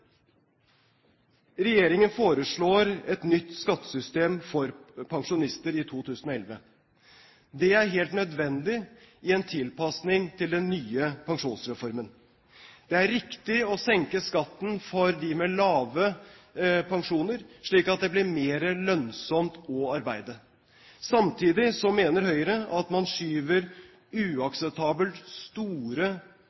Regjeringen foreslår et nytt skattesystem for pensjonister i 2011. Det er helt nødvendig i en tilpasning til den nye pensjonsreformen. Det er riktig å senke skatten for dem med lave pensjoner slik at det blir mer lønnsomt å arbeide. Samtidig mener Høyre at man skyver